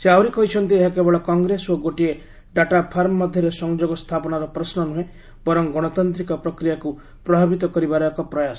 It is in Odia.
ସେ ଆହୁରି କହିଛନ୍ତି ଏହା କେବଳ କଂଗ୍ରେସ ଓ ଗୋଟିଏ ଡାଟା ଫାର୍ମ ମଧ୍ୟରେ ସଂଯୋଗ ସ୍ଥାପନର ପ୍ରଶ୍ନ ନୁହେଁ ବରଂ ଗଣତାନ୍ତିକ ପ୍ରକ୍ରିୟାକ୍ତ ପ୍ରଭାବିତ କରିବାର ଏକ ପ୍ରୟାସ